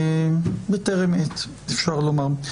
בטרם עת אפשר לומר.